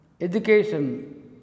Education